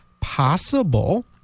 possible